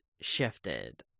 shifted